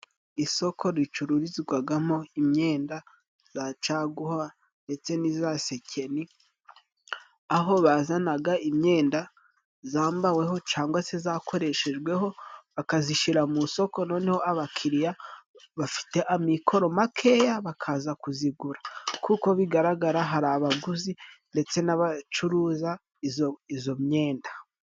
Isoko ricururizwagamo imyenda za caguwa ndetse n'iza sekeni, aho bazanaga imyenda zambaweho cangwa se zakoreshejweho, bakazishira mu soko noneho abakiriya bafite amikoro makeya bakaza kuzigura, kuko bigaragara hari abaguzi ndetse n'abacuruza izo myenda.